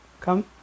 Come